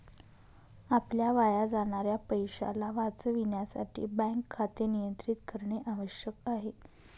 आपल्या वाया जाणाऱ्या पैशाला वाचविण्यासाठी बँक खाते नियंत्रित करणे आवश्यक आहे